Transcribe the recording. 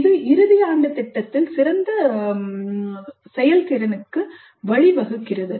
இது இறுதி அடுக்கு திட்டத்தில் சிறந்த செயல்திறனுக்கு வழிவகுக்கிறது